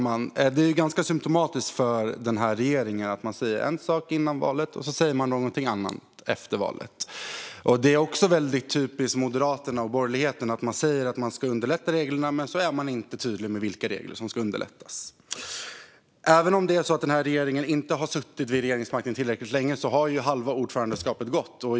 Herr talman! Det är ganska symtomatiskt för regeringen att man säger en sak före valet och någonting annat efter valet. Det är också väldigt typiskt för Moderaterna och borgerligheten att man säger att man ska förenkla reglerna, men man är inte tydlig med vilka regler som ska förenklas. Även om regeringen inte har suttit vid regeringsmakten tillräckligt länge har halva ordförandeskapet gått.